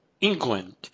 England